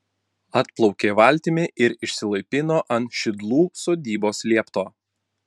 atplaukė valtimi ir išsilaipino ant šidlų sodybos liepto